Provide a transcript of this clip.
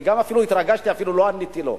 אפילו התרגשתי, אפילו לא עניתי לו.